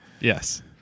yes